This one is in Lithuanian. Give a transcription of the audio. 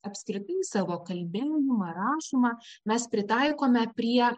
apskritai savo kalbėjimą rašymą mes pritaikome prie